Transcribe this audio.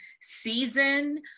season